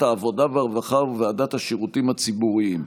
העבודה והרווחה וועדת השירותים הציבוריים.